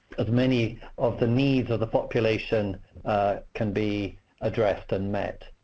as many of the needs of the population can be addressed and met.